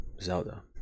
Zelda